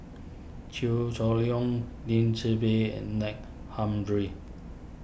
Chew Hock Leong Lim Tze Peng and Nack Humphreys